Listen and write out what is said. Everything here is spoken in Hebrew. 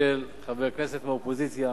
של חבר כנסת מהאופוזיציה.